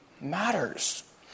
matters